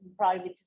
privatization